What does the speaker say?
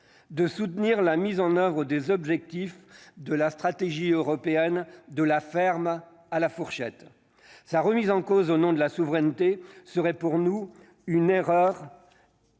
de soutenir la mise en oeuvre ou des objectifs de la stratégie européenne de la ferme à la fourchette, sa remise en cause au nom de la souveraineté serait pour nous une erreur.